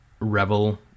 Rebel